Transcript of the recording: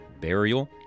burial